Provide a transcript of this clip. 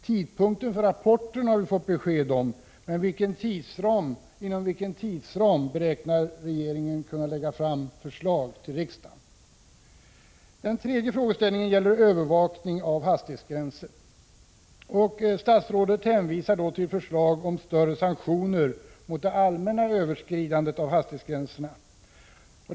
Tidpunkten för rapporten har vi fått besked om. Men inom vilken tidsram beräknar regeringen kunna lägga fram förslag till riksdagen? Den tredje frågeställningen gäller övervakning av hastighetsgränser. Statsrådet hänvisar till förslaget om kraftigare sanktioner mot det allmänna överskridandet av hastighetsgränserna.